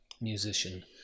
musician